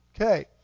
Okay